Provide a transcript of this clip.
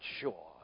sure